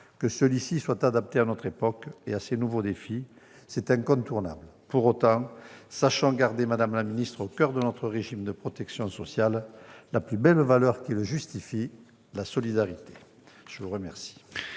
Que celui-ci soit adapté à notre époque et à ses nouveaux défis, c'est incontournable. Pour autant, madame la ministre, sachons garder au coeur de notre régime de protection sociale la plus belle valeur qui le justifie, la solidarité. La parole